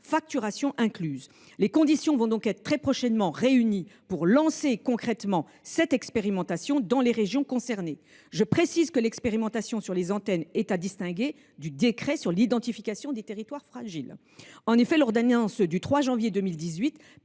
facturation incluse. Les conditions seront donc très prochainement réunies pour lancer concrètement cette expérimentation dans les régions concernées. Je le précise, l’expérimentation des antennes est à distinguer du décret sur l’identification des territoires fragiles. En effet, l’ordonnance du 3 janvier 2018